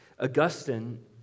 Augustine